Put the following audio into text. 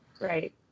Right